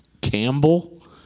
Campbell